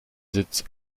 sitz